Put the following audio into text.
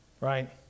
right